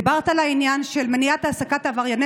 דיברת על עניין של מניעת העסקתם של עברייני